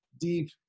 deep